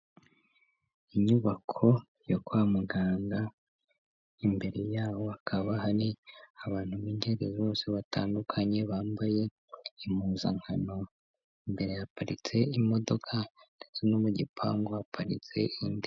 Inyubako yo kwa muganga imbere yaho hakaba hari abantu b'ingeri zose batandukanye bambaye impuzankano. Imbere haparitse imodoka ndetse no mu gipangu haparitse indi.